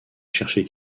chercher